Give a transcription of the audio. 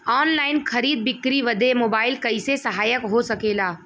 Online खरीद बिक्री बदे मोबाइल कइसे सहायक हो सकेला?